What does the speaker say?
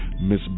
Miss